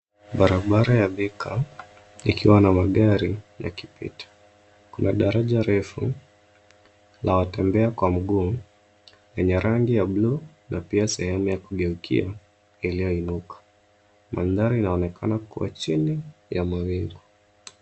Barabara ya thika ikiwa na magari yakipita. Kuna daraja refu, la watembea kwa mguu lenye rangi ya buluu na pia sehemu ya kugeukia iliyoinuka. Mandhari inaonekana kuwa chini ya mawingu.